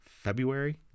February